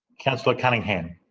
councillor cunningham